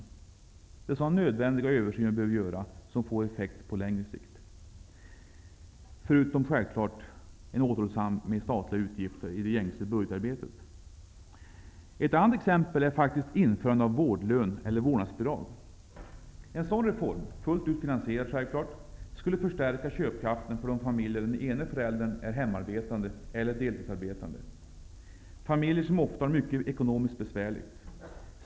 Det är sådana nödvändiga översyner vi behöver göra, som får effekt på längre sikt, förutom en självklar återhållsamhet med statliga utgifter i budgetarbetet. Ett annat exempel är faktiskt införande av vårdlön eller vårdnadsbidrag. En sådan reform, självfallet fullt ut finansierad, skulle förstärka köpkraften för de familjer där den ene föräldern är hemarbetande eller deltidsarbetande. Det är familjer som ofta har det ekonomiskt mycket besvärligt.